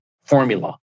formula